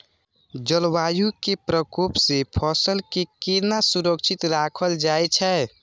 जलवायु के प्रकोप से फसल के केना सुरक्षित राखल जाय छै?